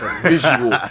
visual